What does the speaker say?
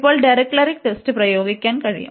ഇപ്പോൾ Dirichlet test പ്രയോഗിക്കാൻ കഴിയും